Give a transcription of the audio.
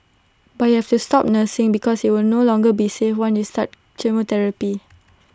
but you have to stop nursing because IT will no longer be safe once you start chemotherapy